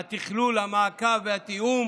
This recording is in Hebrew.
התכלול, המעקב והתיאום